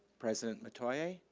president metoyer,